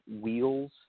wheels